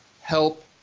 help